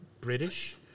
British